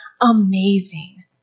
amazing